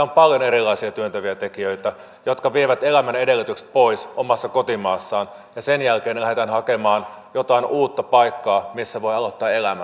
on paljon erilaisia työntäviä tekijöitä jotka vievät pois elämän edellytykset omassa kotimaassa ja sen jälkeen lähdetään hakemaan jotain uutta paikkaa missä voi aloittaa elämän